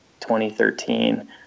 2013